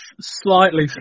Slightly